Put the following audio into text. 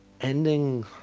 ending